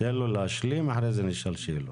תן לו להשלים, אחרי זה נשאל שאלות.